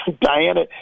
Diana